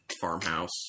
farmhouse